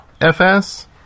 FS